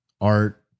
art